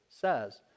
says